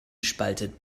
spaltet